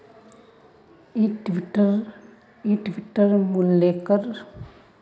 इक्विटीर मूल्यकेर प्रतिनिधित्व कर छेक जो कि काहरो कंपनीर शेयरधारकत वापस करे दियाल् जा छेक